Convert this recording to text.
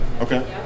okay